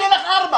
אני אתן לך ארבע.